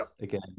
again